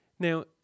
Now